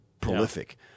prolific